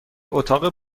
اتاق